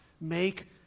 make